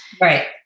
Right